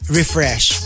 refresh